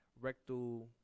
rectal